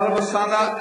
טלב אלסאנע,